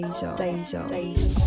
Deja